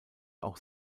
auch